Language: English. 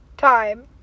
time